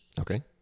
Okay